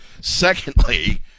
Secondly